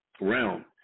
realm